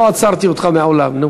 לא עצרתי אותך מעולם.